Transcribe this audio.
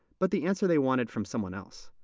but the answer they wanted from someone else.